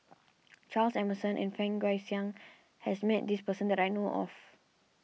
Charles Emmerson and Fang Guixiang has met this person that I know of